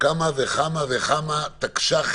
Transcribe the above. כמה וכמה תקש"חים